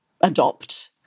adopt